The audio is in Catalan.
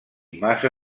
massa